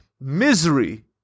misery